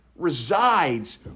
resides